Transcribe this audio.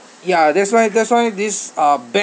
yah that's why that's why this uh bad